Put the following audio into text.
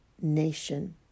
nation